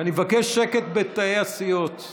אני מבקש שקט בתאי הסיעות.